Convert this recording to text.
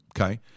okay